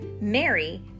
Mary